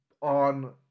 On